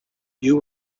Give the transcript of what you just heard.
you